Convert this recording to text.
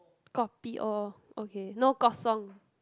kopi O okay no kosong